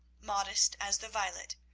modest as the violet,